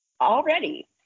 Already